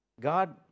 God